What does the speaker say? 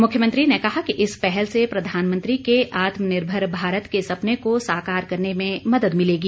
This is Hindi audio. मुख्यमंत्री ने कहा कि इस पहल से प्रधानमंत्री के आत्मनिर्भर भारत के सपने को साकार करने में मदद मिलेगी